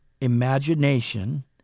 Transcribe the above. imagination